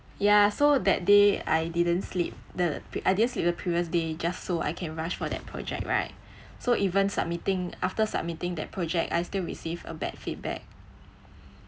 yeah so that day I didn't sleep the I didn't the previous day just so I can rush for that project right so even submitting after submitting that project I still received a bad feedback